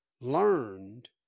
learned